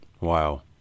Wow